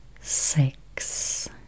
Six